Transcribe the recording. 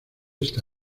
esta